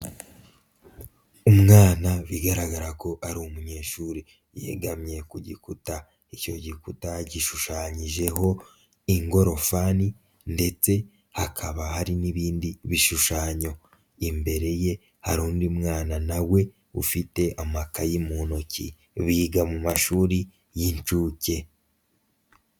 Umwana bigaragara ko ari umunyeshuri, yegamye ku gikuta icyo gikuta gishushanyijeho ingorofani ndetse hakaba hari n'ibindi bishushanyo, imbere ye hari undi mwana na we ufite amakayi mu ntoki, biga mu mashuri y'incuke.